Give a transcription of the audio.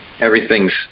everything's